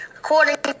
According